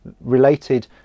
related